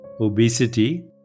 obesity